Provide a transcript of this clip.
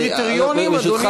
ברשותך,